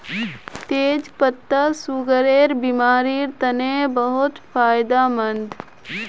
तेच पत्ता सुगरेर बिमारिर तने बहुत फायदामंद